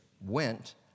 went